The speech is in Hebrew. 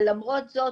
אבל למרות זאת,